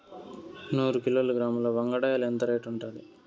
నూరు కిలోగ్రాముల వంగడాలు ఎంత రేటు ఉంటుంది?